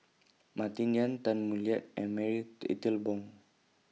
Martin Yan Tan Boo Liat and Marie Italy Bong